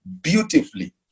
beautifully